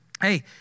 hey